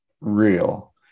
real